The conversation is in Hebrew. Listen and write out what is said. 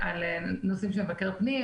נושאים של מבקר פנים,